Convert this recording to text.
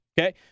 Okay